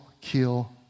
kill